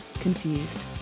Confused